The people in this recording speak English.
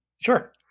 Sure